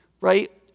right